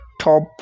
top